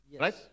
right